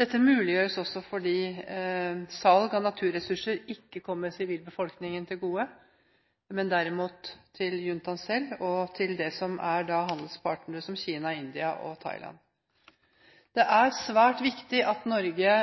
Dette muliggjøres også fordi salg av naturressurser ikke kommer sivilbefolkningen til gode, men derimot juntaen selv og handelspartnere som Kina, India og Thailand. Det er svært viktig at Norge